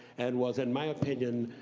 and was, in my opinion,